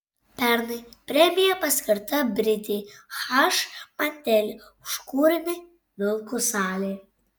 pernai premija paskirta britei h manteli už kūrinį vilkų salė